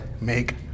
make